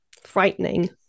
frightening